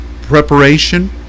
preparation